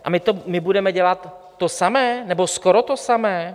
a my budeme dělat to samé, nebo skoro to samé?